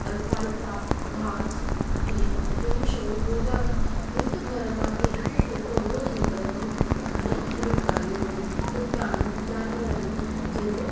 alpha अल्फा घास इहे हेड़ियूं शयूं रोज़ाना हिकु घर मां बि हिकु फुल्को रोज़ु निकिरंदो त घणेई हेड़ियूं गांयूं आहिनि कुत्ता आहिनि जानवर आहिनि उन्हनि जो